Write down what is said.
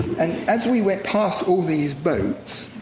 and as we went past all these boats,